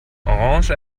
orange